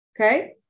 okay